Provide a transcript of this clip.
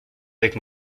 avec